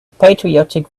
patriotic